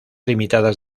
limitadas